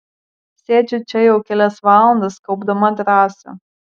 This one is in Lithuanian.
sėdžiu čia jau kelias valandas kaupdama drąsą